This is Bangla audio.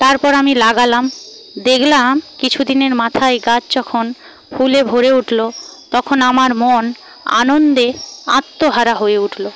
তারপর আমি লাগালাম দেখলাম কিছুদিনের মাথায় গাছ যখন ফুলে ভরে উঠল তখন আমার মন আনন্দে আত্মহারা হয়ে উঠল